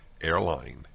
airline